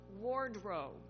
wardrobe